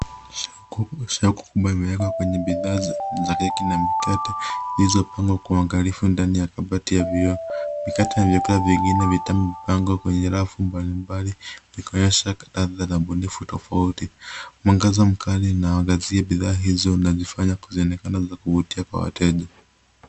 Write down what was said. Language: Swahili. Ishara kubwa imewekwa kwenye bidhaa za keki na mikate zilizopangwa kwa uangalifu ndani ya kabati ya vioo. Mikate na vyakula vingine vitamu vimepangwa kwenye rafu mbalimbali vikionyesha ladha na ubunifu tofauti. Mwangaza mkali unaangazia bidhaa hizo na kuzifanya zionekane za kuvutia kwa wateja.